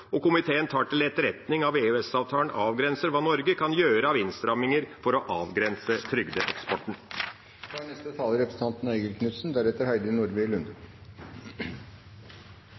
Komiteen tar til etterretning at EØS-avtalen avgrenser hva Norge kan gjøre av innstramminger for å avgrense trygdeeksporten». Eksport av velferdsytelser er